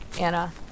Anna